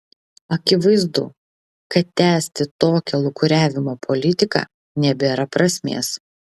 akivaizdu kad tęsti tokią lūkuriavimo politiką nebėra prasmės